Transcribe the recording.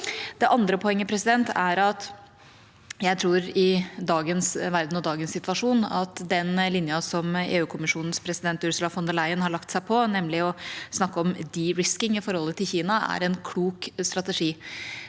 Det andre poenget er at jeg tror at i dagens verden og i dagens situasjon er den linja som EU-kommisjonens president Ursula von der Leyen har lagt seg på, nemlig å snakke om «de-risking» i forholdet til Kina, en klok strategi.